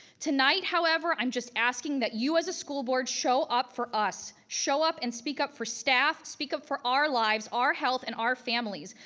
tonight, however, i'm just asking that you as a school board show up for us, show up and speak up for staff, speak up for our lives, our health and our families,